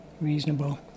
reasonable